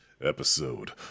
episode